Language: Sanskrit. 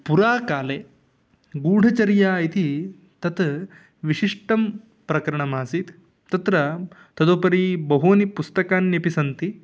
पुराकाले गूढचर्या इति तत् विशिष्टं प्रकरणमासीत् तत्र तदुपरी बहूनि पुस्तकान्यपि सन्ति